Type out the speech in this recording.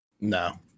No